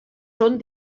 són